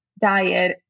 diet